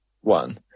one